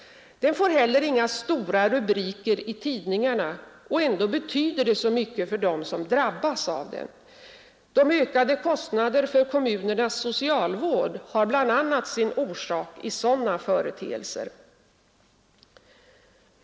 Den får heller inga stora rubriker i tidningarna — och ändå betyder den så mycket för dem som drabbas. De ökade kostnaderna för kommunernas socialvård har bl.a. sin orsak i sådana företeelser.